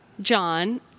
John